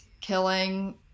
killing